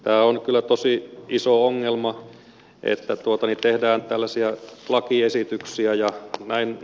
tämä on kyllä tosi iso ongelma että tehdään tällaisia lakiesityksiä